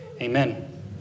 Amen